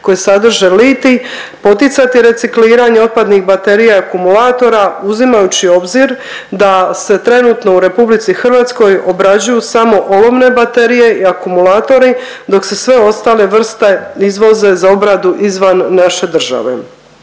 koje sadrže litij poticati recikliranje otpadnih baterija i akumulatora uzimajući u obzir da se trenutno u Republici Hrvatskoj obrađuju samo olovne baterije i akumulatori, dok se sve ostale vrste izvoze za obradu izvan naše države.